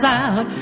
out